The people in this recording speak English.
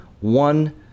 one